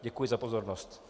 Děkuji za pozornost.